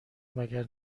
مگر